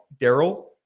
Daryl